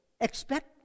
expect